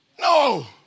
No